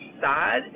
sad